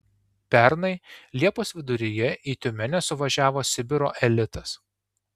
pernai liepos viduryje į tiumenę suvažiavo sibiro elitas